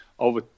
Over